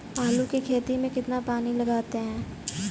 आलू की खेती में कितना पानी लगाते हैं?